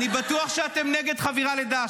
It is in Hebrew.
אני בטוח שאתם נגד חבירה לדאעש.